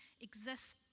exists